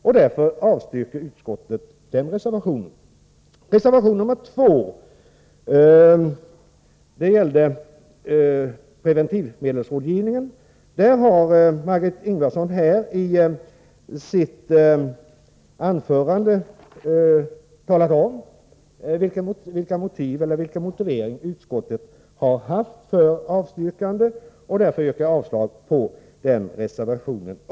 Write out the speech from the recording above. Utskottet avstyrker således denna reservation. Reservation 2 gäller preventivmedelsrådgivningen. Utskottet avstyrker också denna reservation. Margö Ingvardsson har nyss i sitt anförande redogjort för utskottets motivering. Också jag yrkar avslag på denna reservation.